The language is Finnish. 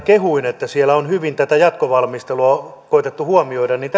kehuin että siellä on hyvin tätä jatkovalmistelua koetettu huomioida niin